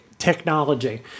Technology